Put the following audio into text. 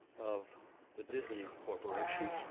of the disney corporation.